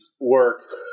work